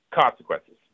consequences